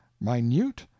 minute